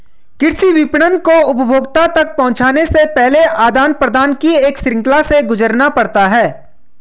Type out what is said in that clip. कृषि विपणन को उपभोक्ता तक पहुँचने से पहले आदान प्रदान की एक श्रृंखला से गुजरना पड़ता है